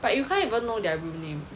but you can't even know their real name